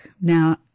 Now